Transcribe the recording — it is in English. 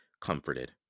comforted